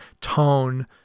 tone